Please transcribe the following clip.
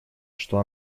что